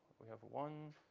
we have one,